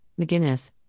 McGinnis